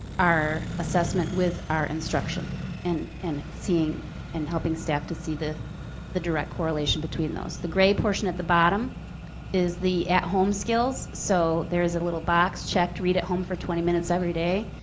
our assessment with our instruction and and and helping staff to see the the direct correlation between those. the gray portion at the bottom is the at-home skills, so there's a little box checked read at home for twenty minutes every day.